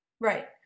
Right